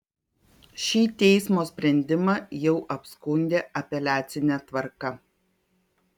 šį teismo sprendimą jau apskundė apeliacine tvarka